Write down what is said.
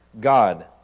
God